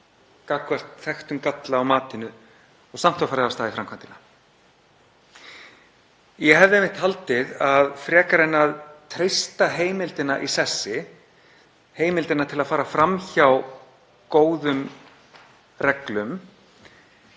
gagnvart þekktum galla á matinu og samt var farið af stað í framkvæmdina. Ég hefði einmitt haldið að frekar en að treysta heimildina í sessi, heimildina til að fara fram hjá góðum reglum,